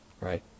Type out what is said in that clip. right